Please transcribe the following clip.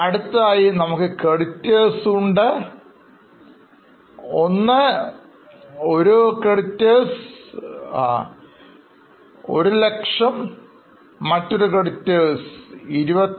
അടുത്തതായി നമുക്ക് രണ്ട് Creditors തന്നിട്ടുണ്ട് ഒന്ന് Creditors 100000 മറ്റൊന്ന് Creditors 25000